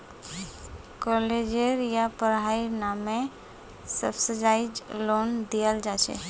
कालेजेर या पढ़ाईर नामे सब्सिडाइज्ड लोन दियाल जा छेक